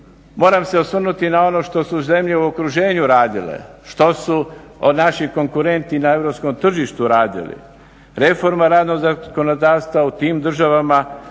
moram se osvrnuti na ono što su zemlje u okruženju radile, što su naši konkurentni na europskom tržištu radi. Reforma radnog zakonodavstva u tim državama